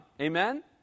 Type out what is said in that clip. amen